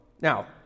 now